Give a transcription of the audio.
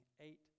eight